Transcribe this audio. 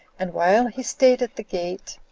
and while he staid at the gate,